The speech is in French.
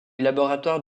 laboratoire